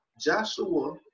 Joshua